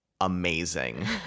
amazing